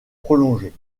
prolongée